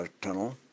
tunnel